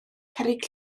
cerrig